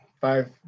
five